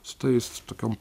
su tais tokiom